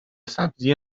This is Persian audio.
سبزی